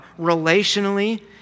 relationally